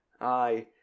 Aye